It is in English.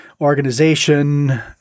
organization